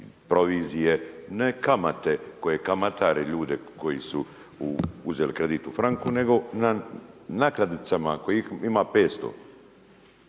provizije, ne kamate koje kamatare ljude, koji su uzeli kredit u franku, nego na naknadicama kojih ima 500.